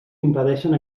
impedeixen